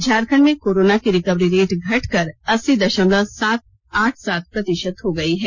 झारखंड में कोरोना की recovery rate घटकर अस्सी दशमलव आठ सत प्रतिशत हो गई है